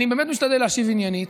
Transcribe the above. אני באמת משתדל להשיב עניינית,